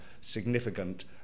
significant